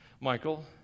Michael